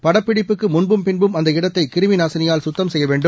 படப்பிடிப்புக்குமுன்பும் பின்பும் அந்த இடத்தைகிருமிநாசினியால் சுத்தம் செய்யவேண்டும்